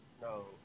No